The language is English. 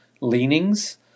leanings